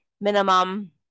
minimum